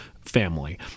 family